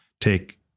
take